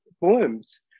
poems